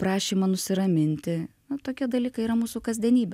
prašymą nusiraminti na tokie dalykai yra mūsų kasdienybė